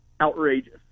outrageous